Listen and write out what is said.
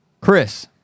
Chris